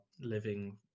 living